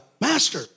Master